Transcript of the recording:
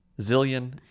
Zillion